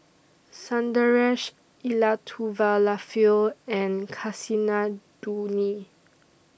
Sundaresh Elattuvalapil and Kasinadhuni